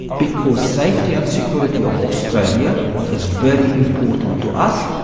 because safety and security of australia is very important to us.